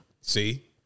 See